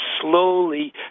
slowly